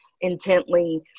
intently